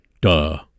Duh